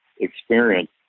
experience